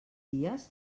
dies